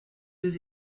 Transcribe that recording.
deux